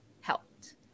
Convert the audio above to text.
helped